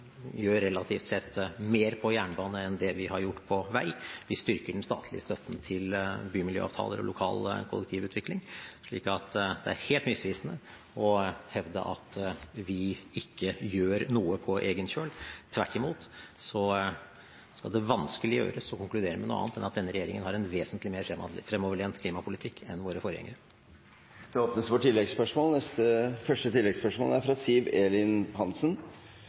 gjør relativt sett mer på jernbane enn det vi har gjort på vei, vi styrker den statlige støtten til bymiljøavtaler og lokal kollektivutvikling, slik at det er helt misvisende å hevde at vi ikke gjør noe på egen kjøl. Tvert imot skal det vanskelig gjøres å konkludere med noe annet enn at denne regjeringen har en vesentlig mer fremoverlent klimapolitikk enn våre forgjengere. Det åpnes for oppfølgingsspørsmål – først Siv Elin Hansen.